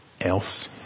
else